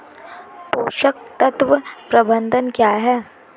पोषक तत्व प्रबंधन क्या है?